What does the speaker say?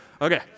Okay